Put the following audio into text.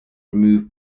remove